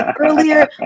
earlier